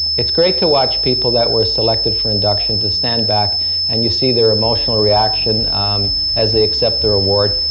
it's great to watch people that were selected for induction to stand back and you see their emotional reaction as they accept their award.